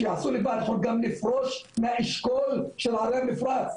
וגם לפרוש מהאשכול של ערי המפרץ.